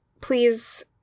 please